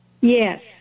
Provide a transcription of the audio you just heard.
Yes